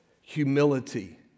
humility